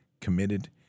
committed